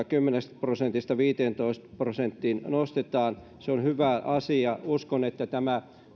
kymmenestä prosentista viiteentoista prosenttiin nostetaan on hyvä asia uskon että tämä